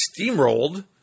steamrolled